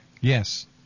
Yes